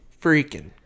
freaking